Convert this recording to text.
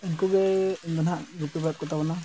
ᱩᱱᱠᱩ ᱜᱮ ᱱᱟᱦᱟᱸᱜ ᱤᱧ ᱜᱩᱯᱤ ᱵᱟᱲᱟᱭᱮᱫ ᱠᱚᱛᱟᱵᱚᱱᱟ